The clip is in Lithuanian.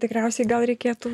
tikriausiai gal reikėtų